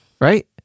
right